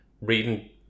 reading